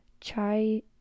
Chai